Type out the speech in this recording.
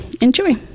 enjoy